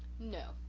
no,